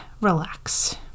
relax